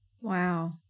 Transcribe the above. Wow